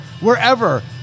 wherever